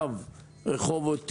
קו רחובות מרחבי,